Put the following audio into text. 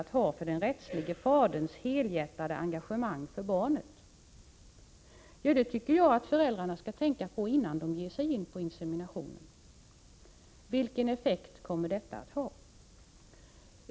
att ha för den rättslige faderns helhjärtade engagemang för barnet?” Jag tycker att föräldrarna skall tänka på detta innan de ger sig in på en insemination — vilken effekt kommer det att ha?